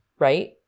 Right